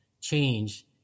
change